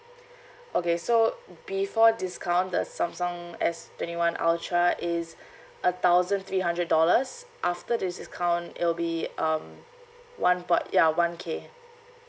okay so before discount the samsung S twenty one ultra is a thousand three hundred dollars after this discount it'll be um one ba~ ya one K